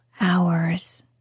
hours